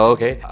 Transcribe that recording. Okay